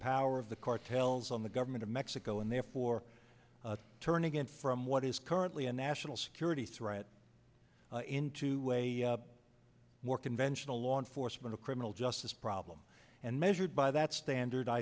power of the cartels on the government of mexico and therefore turn again from what is currently a national security threat into a more conventional law enforcement a criminal justice problem and measured by that standard i